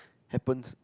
happens